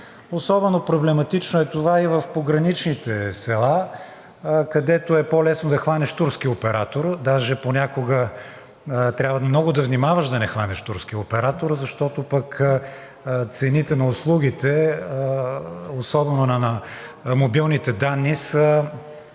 Особено проблематично е това и в пограничните села, където е по-лесно да хванеш турски оператор, даже понякога трябва много да внимаваш да не хванеш турски оператор, защото пък цените на услугите, особено на мобилните данни, са